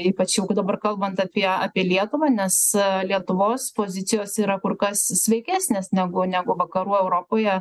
ypač jau kad dabar kalbant apie apie lietuvą nes lietuvos pozicijos yra kur kas sveikesnės negu negu vakarų europoje